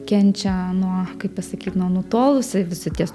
kenčia nuo kaip pasakyt nuo nutolusi visi tie